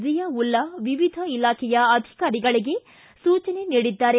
ಜಿಯಾವುಲ್ಲಾ ವಿವಿಧ ಇಲಾಖೆಯ ಅಧಿಕಾರಿಗಳಿಗೆ ಸೂಚನೆ ನೀಡಿದ್ದಾರೆ